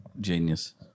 genius